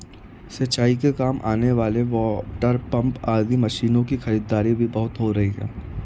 सिंचाई के काम आने वाले वाटरपम्प आदि मशीनों की खरीदारी भी बहुत हो रही है